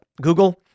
Google